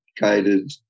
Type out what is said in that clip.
guided